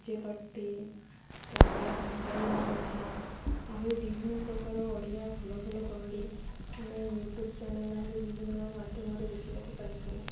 D J party ତା'ପରେ ଥଣ୍ଡା ଦିନ କଥା ଆହୁରି ବିଭିନ୍ନ ପ୍ରକାର ଓଡ଼ିଆ ଭଲ ଭଲ କମେଡ଼ି ଆମେ ୟୁଟ୍ୟୁବ୍ ଚ୍ୟାନେଲ୍ ଆହୁରି ବିଭିନ୍ନ ମାଧ୍ୟମରେ ଦେଖିବାକୁ ପାଇଥାଉ